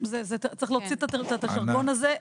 צריך להוציא את הז'רגון הזה.